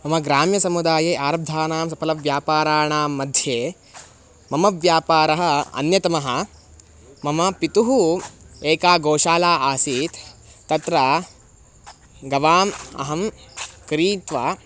मम ग्राम्यसमुदाये आरब्धानां सफलव्यापाराणाम्मध्ये मम व्यापारः अन्यतमः मम पितुः एका गोशाला आसीत् तत्र गवाम् अहं क्रीत्वा